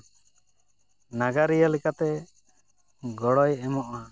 ᱱᱟᱜᱟᱨᱤᱭᱟᱹ ᱞᱮᱠᱟᱛᱮ ᱜᱚᱲᱚᱭ ᱮᱢᱚᱜᱼᱟ